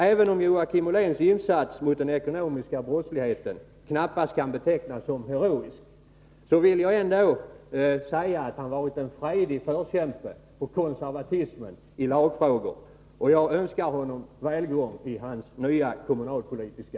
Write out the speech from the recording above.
Även om Joakim Olléns Vissa aktiebolags insats mot ekonomisk brottslighet knappast kan betecknas som heroisk, vill rättsliga frågor jag ändå säga att han varit en frejdig förkämpe för konservatismen i lagfrågor, och jag önskar honom välgång i hans nya kommunalpolitiska